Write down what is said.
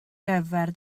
gyfer